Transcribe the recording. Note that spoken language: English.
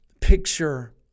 picture